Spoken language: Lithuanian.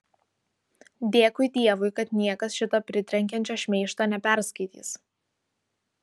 dėkui dievui kad niekas šito pritrenkiančio šmeižto neperskaitys